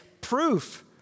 proof